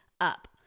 up